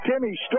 Timmy